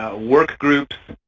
ah work groups,